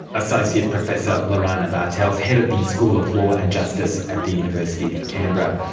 associate professor lorana bartels, head of the school of law and justice at the university of canberra.